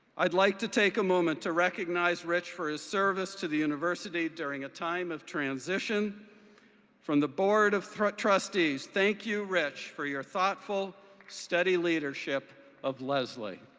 i'd like to take a moment to recognize rich for his service to the university during a time of transition from the board of thru trustees. thank you, rich, for your thoughtful steady leadership of lesley.